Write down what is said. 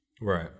Right